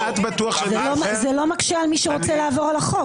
זה לא מקשה על מי שרוצה לעבור על החוק.